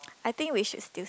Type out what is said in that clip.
I think we should still